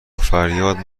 فریاد